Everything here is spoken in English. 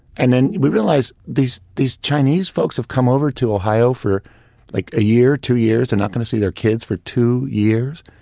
and then we realized these these chinese folks have come over to ohio for like a year, two years, they're not going to see their kids for two years.